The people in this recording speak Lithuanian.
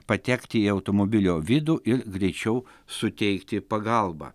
patekti į automobilio vidų ir greičiau suteikti pagalbą